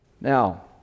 Now